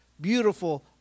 beautiful